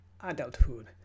adulthood